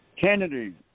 Kennedy